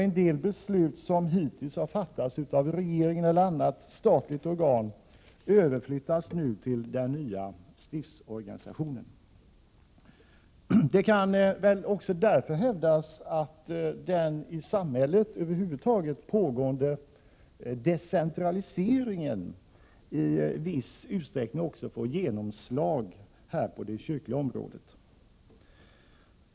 En del beslut som hittills har fattats av regeringen eller annat statligt organ överflyttas nu till den nya stiftsorganisationen. Det kan väl också därför hävdas att den i samhället över huvud taget pågående decentraliseringen i viss utsträckning också får genomslag på det kyrkliga området.